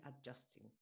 adjusting